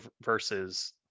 versus